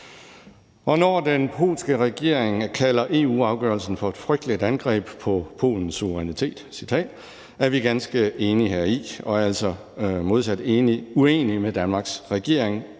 Når den polske regering kalder EU-afgørelsen for et frygteligt angreb på Polens suverænitet, citat, er vi ganske enige heri, og vi er altså modsat uenige med Danmarks regering,